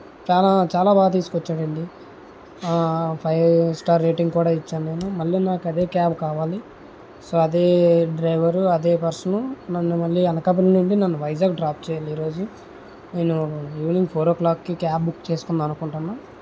చాలా చాలా బాగా తీసుకొచ్చాడు అండి ఫైవ్ స్టార్ రేటింగ్ కూడా ఇచ్చాను నేను మళ్ళీ నాకు అదే క్యాబ్ కావాలి సో అదే డ్రైవర్ అదే పర్సన్ నన్ను మళ్ళీ అనకాపల్లి నుండి నన్ను వైజాగ్ డ్రాప్ చేయాలి ఈరోజు నేను ఈవెనింగ్ ఫోర్ ఓ క్లాక్కి క్యాబ్ బుక్ చేసుకుందామనుకుంటున్నాను